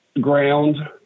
Ground